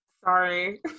Sorry